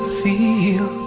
feel